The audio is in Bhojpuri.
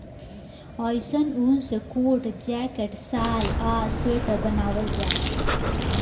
अइसन ऊन से कोट, जैकेट, शाल आ स्वेटर बनावल जाला